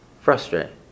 frustrating